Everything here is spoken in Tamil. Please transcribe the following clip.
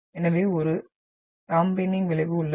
எனவே ஒரு டாம்பேனிங் விளைவு உள்ளது